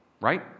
right